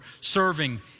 serving